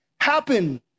happen